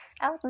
out